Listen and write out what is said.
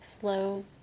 slow